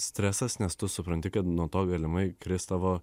stresas nes tu supranti kad nuo to galimai kris tavo